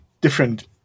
different